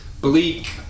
bleak